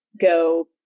go